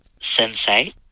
Sensei